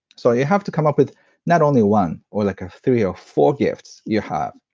so, you have to come up with not only one, or like ah three or four gifts you have,